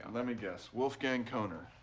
let me guess, wolfgang kohner.